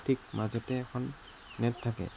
ঠিক মাজতে এখন নেট থাকে